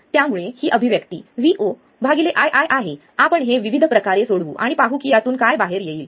त्यामुळे ही अभिव्यक्ती voiiआहे आपण हे विविध प्रकारे सोडवू आणि पाहू की यातून काय बाहेर येईल